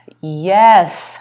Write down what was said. Yes